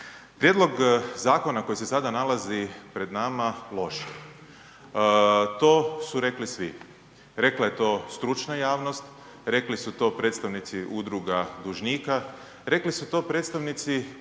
Prijedlog zakona koji se sada nalazi pred nama loš je. To su rekli svi, rekla je to stručna javnost, rekli su to predstavnici udruga dužnika, rekli su to predstavnici